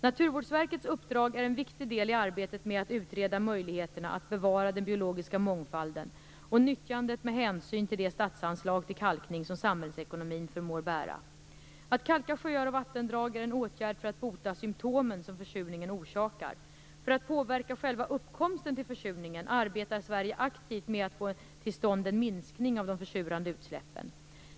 Naturvårdsverkets uppdrag är en viktig del i arbetet med att utreda möjligheterna att bevara den biologiska mångfalden och nyttjandet med hänsyn till det statsanslag till kalkning som samhällsekonomin förmår bära. Att kalka sjöar och vattendrag är en åtgärd för att bota symtomen som försurningen orsakar. För att påverka själva uppkomsten till försurningen arbetar Sverige aktivt med att få till stånd en minskning av de försurande utsläppen.